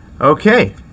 Okay